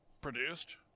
produced